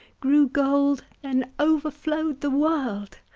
grew gold, then overflowed the world.